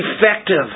effective